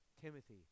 Timothy